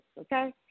Okay